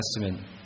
Testament